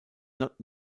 not